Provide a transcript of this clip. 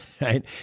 right